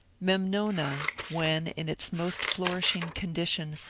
memnona, when in its most flourishing condition,